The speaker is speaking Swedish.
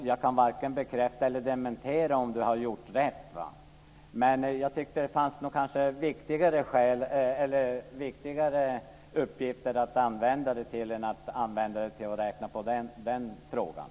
Jag kan varken bekräfta eller dementera att han har gjort rätt. Jag tyckte nog att det fanns viktigare uppgifter än att räkna på den saken.